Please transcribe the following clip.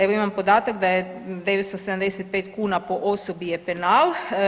Evo imam podatak da je 975 kuna po osobi je penal.